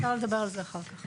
אפשר לדבר על זה אחר כך.